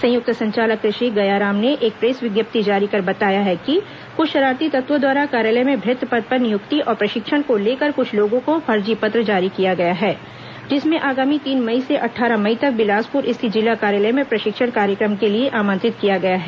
संयुक्त संचालक कृषि गयाराम ने एक प्रेस विज्ञप्ति जारी कर बताया है कि कुछ शरारती तत्वों द्वारा कार्यालय में भृत्य पद पर नियुक्ति और प्रशिक्षण को लेकर कुछ लोगों को फर्जी पत्र जारी किया गया है जिसमें आगामी तीन मई से अट्ठारह मई तक बिलासपुर स्थित जिला कार्यालय में प्रशिक्षण कार्यक्रम के लिए आमंत्रित किया गया है